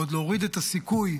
עוד להוריד את הסיכוי,